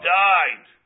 died